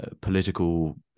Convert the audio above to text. political